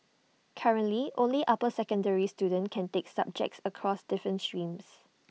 currently only upper secondary students can take subjects across different streams